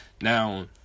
Now